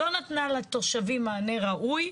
לא נתנה לתושבים מענה ראוי,